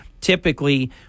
Typically